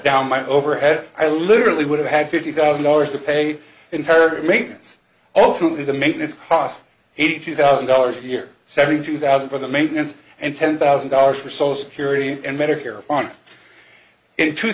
down my overhead i literally would have had fifty thousand dollars to pay the entire maintenance also to the maintenance costs eighty two thousand dollars a year seventy two thousand for the maintenance and ten thousand dollars for social security and medicare front in two